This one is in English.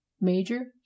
major